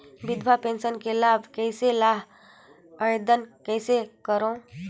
विधवा पेंशन के लाभ कइसे लहां? आवेदन कइसे करव?